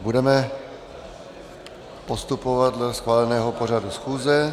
Budeme postupovat dle schváleného pořadu schůze.